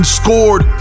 scored